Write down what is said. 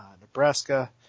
Nebraska